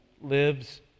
lives